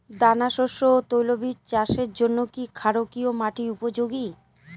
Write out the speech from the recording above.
দানাশস্য ও তৈলবীজ চাষের জন্য কি ক্ষারকীয় মাটি উপযোগী?